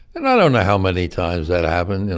and i don't know how many times that happened, you